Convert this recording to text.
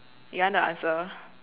you want the answer